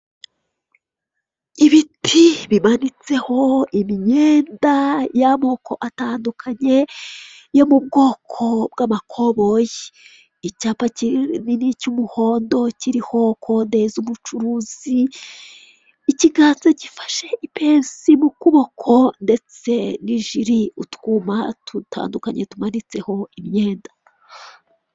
Ibiti bimanitseho imyenda y'amoko atandukanye yo mu bwoko bw'amakoboyi, icyapa kinini cy'umuhondo kiriho kode z'umucuruzi, ikiganza gifashe ipensi mu kuboko ndetse n'ijiri, utwuma dutandukanye, tumanitseho imyenda.